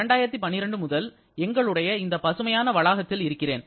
2012 முதல் எங்களுடைய இந்த பசுமையான வளாகத்தில் இருக்கிறேன்